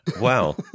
Wow